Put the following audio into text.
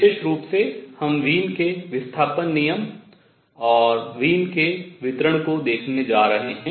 विशेष रूप से हम वीन के विस्थापन नियम और वीन के वितरण को देखने जा रहे हैं